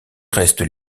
restes